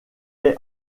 est